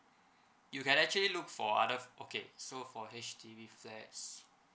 you can actually look for other okay so for H_D_B flats